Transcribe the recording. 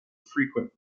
frequent